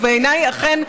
ובעיניי אכן,